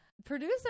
Producer